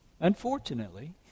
Unfortunately